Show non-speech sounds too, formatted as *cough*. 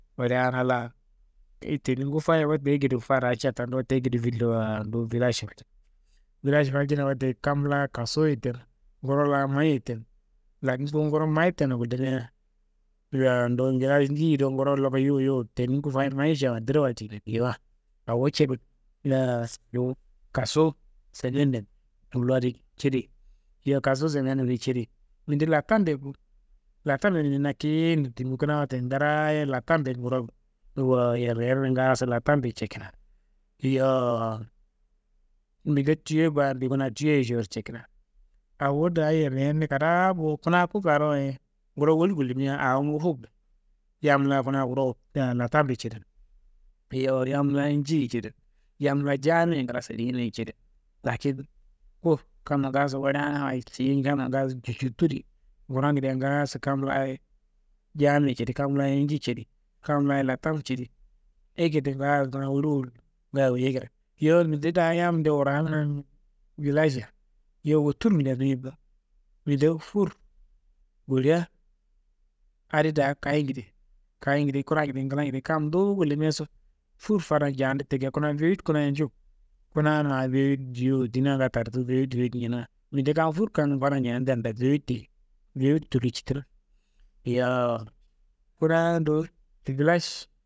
Woleana laa, yeyi tendi ngufaya wote, ekedo fadaá catandu wote ekedo «hesitation» vilajro waljino, vilajro waljina wote, kam la kasu ye te, nguro laa mayi ye te, lakin ku nguro mayi tena wullimia, yowo ndu vilaj ndiyediwaye, nguro loku yuwu yuwu tendi ngufayi mayi cafandiro waljina geyiwa awo *unintelligible* «hesitation», ndu kasuwu semenden tullo adi cedei, yowo kasuwu semen adiye cedei. Minde laptande bo, laptan wullimia kiyintu timi, kunaa wote ndaraaye laptambe nguron, wowo, yerneyerne ngaaso laptambe cekina. Yowo minde tuyo bambe kunaa tuyo cowodu cekina, awo daa yerneyerne kadaa bo kunaa ku kuwaroye nguro woli wullimia awo ngufu, yam laa kuna nguron«hesitation» laptambe cede. Yowo yam laayi inji ye cede, yam laayi jaamiye ngla saliyeina ye cede, lakin ku kam ngaaso woleana wayi ciyi yamma ngaaso cucutu di, ngurongede ngaaso kam laa- ye jammiye cedi, kam la- ye inji cedi, kam la- ye laptam cedi, ekedo ngaayo kuna woliwoliro ngaayo awoyei kada, yowo, minde daa yamde wuraá kuna vilajia, yowo woturun lenuyiye bo, minde fur, ngolia adi daa kayigede, kayigede kurageide nglagede kam duwu wollimiaso, fur fadan jaandu te geyi kunaa vewiyit kuna njuwu, kuna ma vewiyit yuwu dina ngaayo taditu, vewiyit vewiyt ñina, minde kam fur kang fadan njuwandu tena daa vewiyit te, vewiyit tullo citina. Yowo kunaa ndu vilaj.